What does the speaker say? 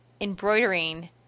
embroidering